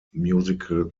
musical